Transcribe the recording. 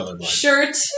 shirt